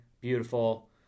beautiful